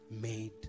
made